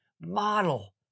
model